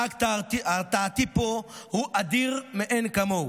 האקט ההרתעתי פה הוא אדיר מאין כמוהו.